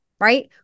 right